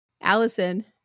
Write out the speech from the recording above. Allison